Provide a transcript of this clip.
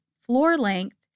floor-length